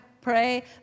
pray